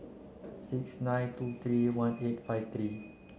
six nine two three one eight five three